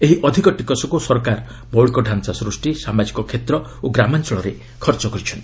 ଏହି ଅଧିକ ଟିକସକ୍ର ସରକାର ମୌଳିକତାଞ୍ଚା ସୃଷ୍ଟି ସାମାଜିକ କ୍ଷେତ୍ର ଓ ଗ୍ରାମାଞଳରେ ଖର୍ଚ୍ଚ କରିଛନ୍ତି